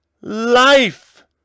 life